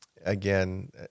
Again